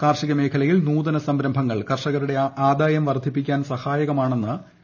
കാർഷിക മേഖലയിൽ നൂതന സംരംഭങ്ങൾ കർഷകരുടെ ആദായം വർദ്ധിപ്പിക്കാൻ സഹായകമാണെന്ന് ശ്രീ